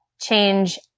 change